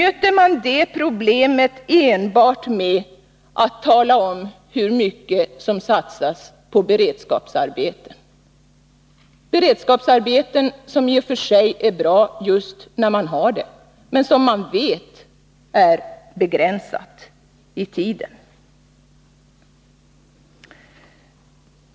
Möter man det problemet enbart med att tala om hur mycket som satsas på beredskapsarbeten? Beredskapsarbeten är i och för sig bra när man har dem, men vi vet att de är begränsade i tiden.